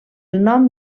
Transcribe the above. nom